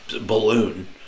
balloon